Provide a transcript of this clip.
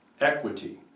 Equity